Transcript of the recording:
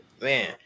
man